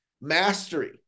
Mastery